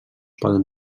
poden